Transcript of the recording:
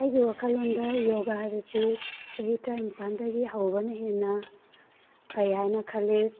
ꯑꯩꯒꯤ ꯋꯥꯈꯜꯗ ꯌꯣꯒꯥ ꯍꯥꯏꯕꯁꯤ ꯆꯍꯤ ꯇꯔꯥ ꯅꯤꯄꯥꯜꯗꯒꯤ ꯍꯧꯕꯅ ꯍꯦꯟꯅ ꯐꯩ ꯍꯥꯏꯅ ꯈꯜꯂꯤ